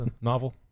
novel